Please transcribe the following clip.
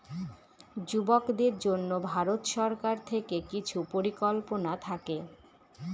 যুবকদের জন্য ভারত সরকার থেকে কিছু পরিকল্পনা থাকে